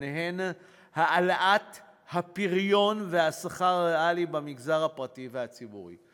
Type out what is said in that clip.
בהן העלאת הפריון והשכר הריאלי במגזר הפרטי והציבורי.